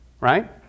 right